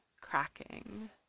cracking